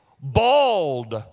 Bald